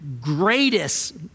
greatest